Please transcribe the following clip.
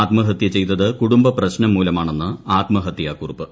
ആത്മഹത്യ ചെയ്തത് കുടുംബപ്രശ്നം മൂലമാണെന്ന് ആത്മഹത്യാക്കുറിപ്പ്